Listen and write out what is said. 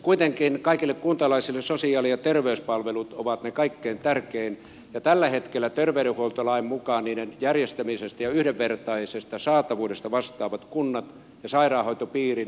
kuitenkin kaikille kuntalaisille sosiaali ja terveyspalvelut ovat se kaikkein tärkein ja tällä hetkellä terveydenhuoltolain mukaan niiden järjestämisestä ja yhdenvertaisesta saatavuudesta vastaavat kunnat ja sairaanhoitopiirit